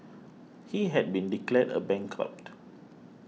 he had been declared a bankrupt